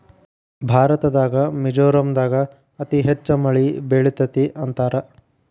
ಭಾರತದಾಗ ಮಿಜೋರಾಂ ದಾಗ ಅತಿ ಹೆಚ್ಚ ಮಳಿ ಬೇಳತತಿ ಅಂತಾರ